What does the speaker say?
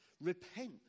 Repent